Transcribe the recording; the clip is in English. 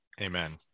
amen